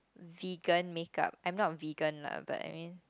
vegan makeup I'm not vegan lah but I mean